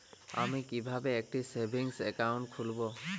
আমি কিভাবে একটি সেভিংস অ্যাকাউন্ট খুলব?